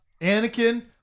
anakin